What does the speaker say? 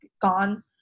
gone